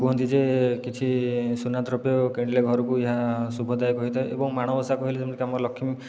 କୁହନ୍ତି ଯେ କିଛି ସୁନା ଦ୍ରବ୍ୟ କିଣିଲେ ଘରକୁ ଏହା ଶୁଭ ଦାୟକ ହୋଇଥାଏ ଏବଂ ମାଣବସା କହିଲେ ଯେମିତିକି ଆମର ଲକ୍ଷ୍ମୀ